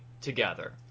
together